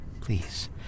please